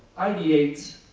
ideates,